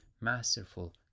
masterful